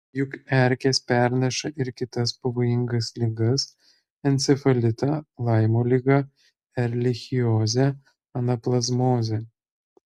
juk erkės perneša ir kitas pavojingas ligas encefalitą laimo ligą erlichiozę anaplazmozę